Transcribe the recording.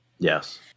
Yes